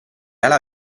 alla